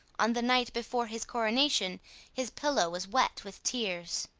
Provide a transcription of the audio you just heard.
on the night before his coronation his pillow was wet with tears.